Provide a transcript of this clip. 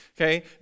okay